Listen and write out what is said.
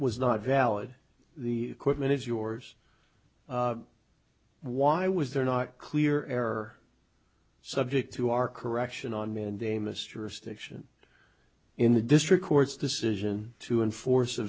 was not valid the equipment is yours why was there not clear error subject to our correction on mandamus jurisdiction in the district court's decision to enforce a